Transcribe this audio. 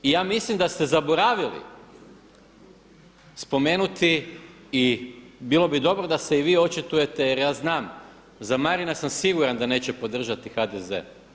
I ja mislim da ste zaboravili spomenuti i bilo bi dobro da se i vi očitujete jer ja znam, za Marina sam siguran da neće podržati HDZ.